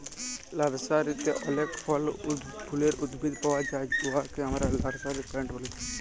লার্সারিতে অলেক ফল ফুলের উদ্ভিদ পাউয়া যায় উয়াকে আমরা লার্সারি প্লান্ট ব্যলি